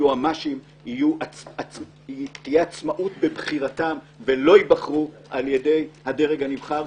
שתהיה עצמאות בבחירת היועצים המשפטיים והם לא ייבחרו על ידי הדרג הנבחר,